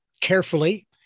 carefully